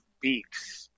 beaks